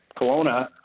Kelowna